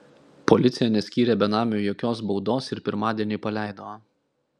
policija neskyrė benamiui jokios baudos ir pirmadienį paleido